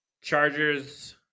Chargers